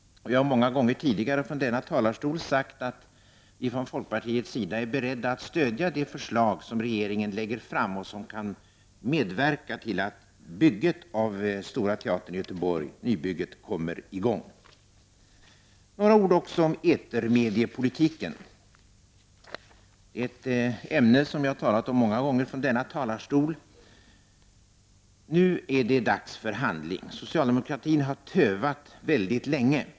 Jag har många gånger tidigare från denna talarstol sagt att vi från folkpartiets sida är beredda att stödja de förslag som regeringen lägger fram och som kan medverka till att nybygget av Stora teatern i Göteborg kommer i gång. Så några ord om etermediepolitiken. Detta är ett ämne som jag har talat om många gånger från denna talarstol. Nu är det dags för handling! Socialdemokratin har tövat väldigt länge.